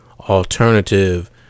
alternative